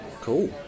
cool